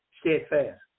steadfast